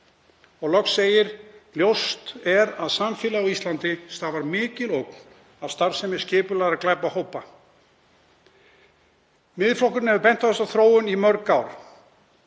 Loks segir að ljóst sé að samfélagi á Íslandi stafi mikil ógn af starfsemi skipulagðra glæpahópa. Miðflokkurinn hefur bent á þessa þróun í mörg ár